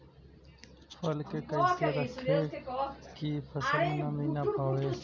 फसल के कैसे रखे की फसल में नमी ना आवा पाव?